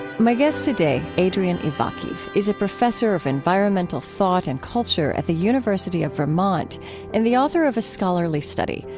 my guest today, adrian ivakhiv, is a professor of environmental thought and culture at the university of vermont and the author of a scholarly study,